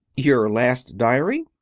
your last diary?